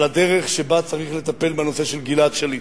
על הדרך שבה צריך לטפל בנושא של גלעד שליט.